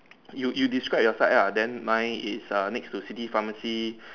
you you describe your side ah then mine is err next to city pharmacy